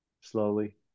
slowly